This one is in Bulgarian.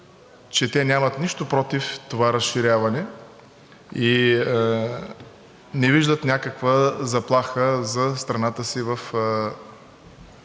че те нямат нищо против това разширяване и не виждат някаква заплаха за страната си в